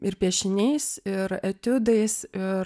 ir piešiniais ir etiudais ir